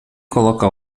coloca